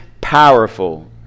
powerful